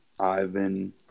Ivan